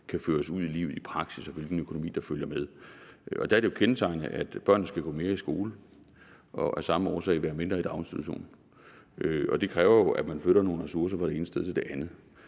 kan føres ud i livet i praksis, og hvilken økonomi der følger med. Der er det jo kendetegnende, at børnene skal gå mere i skole og af samme årsag være mindre i daginstitution, og det kræver, at man flytter nogle ressourcer fra det ene sted til den andet.